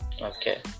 Okay